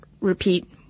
repeat